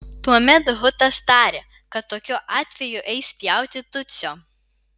tuomet hutas tarė kad tokiu atveju eis pjauti tutsio